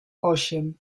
osiem